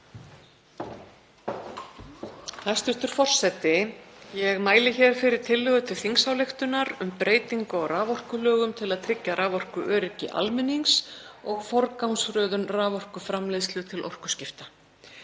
Ég tel að þetta sé mjög áhugaverð tillaga til þingsályktunar um breytingar á raforkulögum til að tryggja raforkuöryggi almennings og forgangsröðun raforkuframleiðslu til orkuskipta